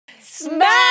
smash